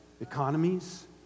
economies